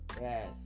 Yes